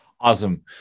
Awesome